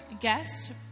guest